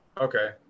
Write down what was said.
Okay